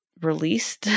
released